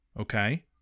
okay